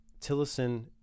Tillerson